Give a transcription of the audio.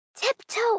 Tiptoe